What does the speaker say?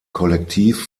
kollektiv